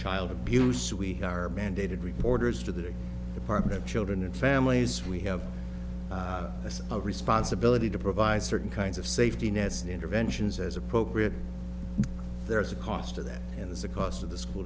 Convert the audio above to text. child abuse we are mandated reporters to the department of children and families we have a responsibility to provide certain kinds of safety nets and interventions as appropriate there is a cost of that and it's the cost of the school